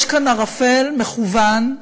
יש כאן ערפל מכוון,